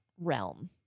realm